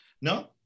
No